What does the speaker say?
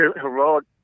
heroic